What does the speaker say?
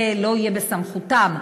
זה לא יהיה בסמכותם.